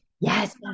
yes